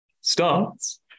starts